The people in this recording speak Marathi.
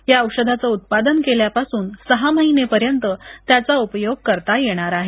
या औषधाच उत्पादन केल्यापासून सहा महिने पर्यंत त्याचा उपयोग करता येणार आहे